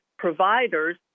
providers